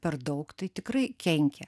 per daug tai tikrai kenkia